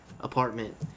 apartment